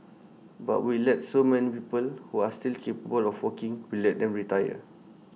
but we let so many people who are still capable for working we let them retire